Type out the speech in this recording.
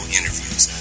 Interviews